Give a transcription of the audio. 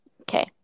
Okay